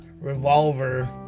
revolver